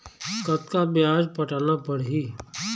कतका ब्याज पटाना पड़ही?